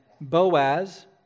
Boaz